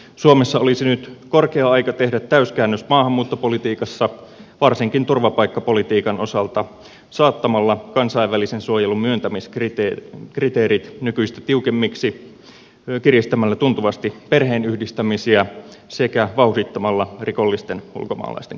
suomessa olisi nyt korkea aika tehdä täyskäännös maahanmuuttopolitiikassa varsinkin turvapaikkapolitiikan osalta saattamalla kansainvälisen suojelun myöntämiskriteerit nykyistä tiukemmiksi kiristämällä tuntuvasti perheen yhdistämisiä sekä vauhdittamalla rikollisten ulkomaalaisten karkotusta